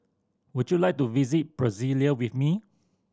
would you like to visit Brasilia with me